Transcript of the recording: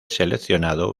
seleccionado